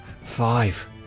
Five